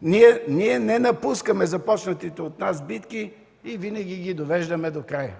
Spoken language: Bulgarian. ние не напускаме започнатите от нас битки и винаги ги довеждаме докрай.